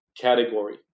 category